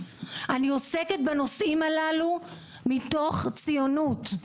ציונות, אני עוסקת בנושאים הללו מתוך ציונות,